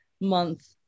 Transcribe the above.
month